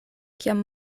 kiam